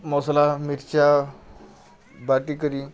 ମସ୍ଲା ମିର୍ଚା ବାଟି କରି